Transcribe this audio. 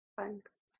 Thanks